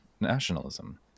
nationalism